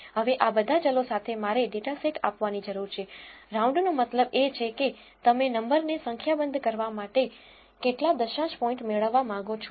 હવે બધા ચલો સાથે મારે ડેટાસેટ આપવાની જરૂર છે રાઉન્ડ નો મતલબ છે કે તમે નંબર ને સંખ્યા બંધ કરવા માટે કેટલા દશાંશ પોઇન્ટ મેળવવા માંગો છો